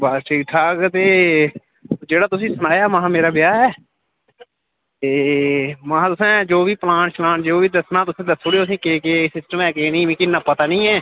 बस ठीक ठाक ते जेह्ड़ा तुसें ई सनाया हा महां मेरा ब्याह् ऐ ते महां तुसें जो बी प्लान शलान जो बी दस्सना तुस दस्सी ओड़ेओ असें ई केह् केह् सिस्टम ऐ केह् निं ऐ मिकी इन्ना पता निं ऐ